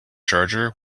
charger